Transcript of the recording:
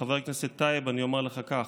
חבר הכנסת טייב, אומר לך כך: